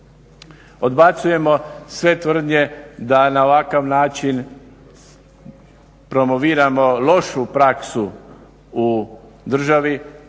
Odbacujemo sve tvrdnje da na ovakav način promoviramo lošu praksu u državi,